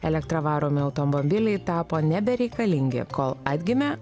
elektra varomi automobiliai tapo nebereikalingi kol atgimė